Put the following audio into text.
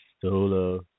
solo